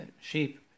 sheep